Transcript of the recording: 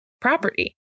property